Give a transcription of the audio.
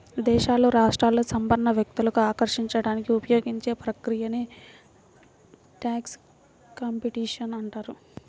దేశాలు, రాష్ట్రాలు సంపన్న వ్యక్తులను ఆకర్షించడానికి ఉపయోగించే ప్రక్రియనే ట్యాక్స్ కాంపిటీషన్ అంటారు